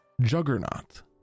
juggernaut